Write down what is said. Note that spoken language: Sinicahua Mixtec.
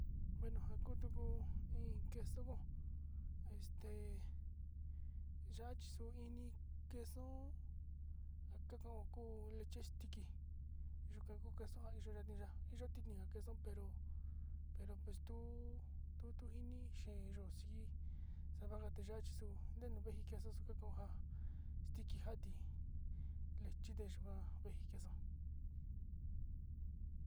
Ja ku in ntute kuji ke yika stiki chi kantasa´a ja kayo te kujin nti´i te nu kokoyo te nteva´ayo chi va´axe jayo.